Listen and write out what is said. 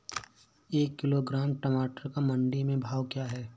एक किलोग्राम टमाटर का मंडी में भाव क्या है?